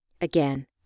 Again